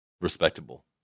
Respectable